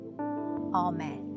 Amen